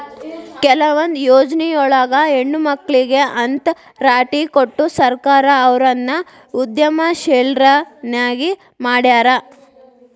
ಕೆಲವೊಂದ್ ಯೊಜ್ನಿಯೊಳಗ ಹೆಣ್ಮಕ್ಳಿಗೆ ಅಂತ್ ರಾಟಿ ಕೊಟ್ಟು ಸರ್ಕಾರ ಅವ್ರನ್ನ ಉದ್ಯಮಶೇಲ್ರನ್ನಾಗಿ ಮಾಡ್ಯಾರ